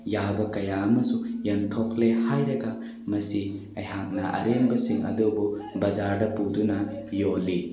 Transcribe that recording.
ꯌꯥꯕ ꯀꯌꯥ ꯑꯃꯁꯨ ꯌꯦꯟꯊꯣꯛꯂꯦ ꯍꯥꯏꯔꯒ ꯃꯁꯤ ꯑꯩꯍꯥꯛꯅ ꯑꯔꯦꯝꯕꯁꯤꯡ ꯑꯗꯨꯕꯨ ꯕꯖꯥꯔꯗ ꯄꯨꯗꯨꯅ ꯌꯣꯜꯂꯤ